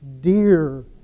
dear